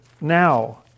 now